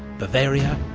bavaria,